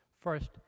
First